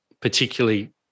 particularly